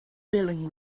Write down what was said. billing